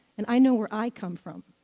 and i know where i come from.